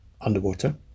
underwater